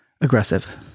aggressive